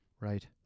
Right